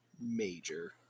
major